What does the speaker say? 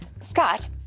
Scott